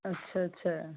अच्छा अच्छा